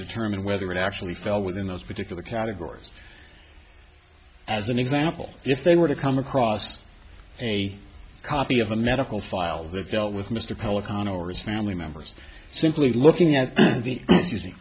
determine whether it actually fell within those particular categories as an example if they were to come across a copy of a medical file that dealt with mr pelecanos or his family members simply looking at the using